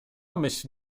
myśl